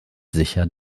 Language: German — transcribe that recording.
sicher